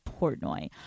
Portnoy